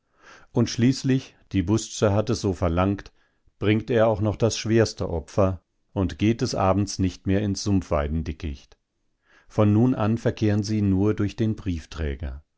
und schließlich die busze hat es so verlangt bringt er auch das schwerste opfer und geht des abends nicht mehr ins sumpfweidendickicht von nun an verkehren sie nur durch den